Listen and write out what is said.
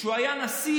כשהוא היה נשיא,